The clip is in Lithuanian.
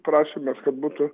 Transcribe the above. prašėme kad butų